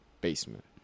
basement